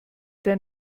der